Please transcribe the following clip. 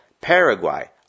Paraguay